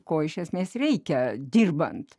ko iš esmės reikia dirbant